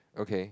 okay